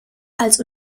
als